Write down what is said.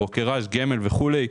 גמל וכולי,